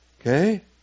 okay